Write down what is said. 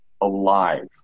alive